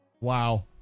Wow